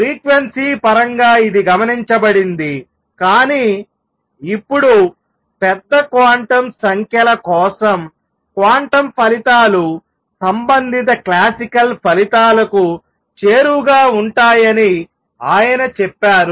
frequency పరంగా ఇది గమనించబడింది కానీ ఇప్పుడు పెద్ద క్వాంటం సంఖ్యల కోసం క్వాంటం ఫలితాలు సంబంధిత క్లాసికల్ ఫలితాలకు చేరువగా ఉంటాయని ఆయన చెప్పారు